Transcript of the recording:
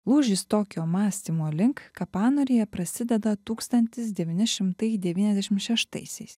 lūžis tokio mąstymo link kapanorėje prasideda tūkstantis devyni šimtai devyniasdešim šsštaisiais